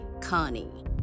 Connie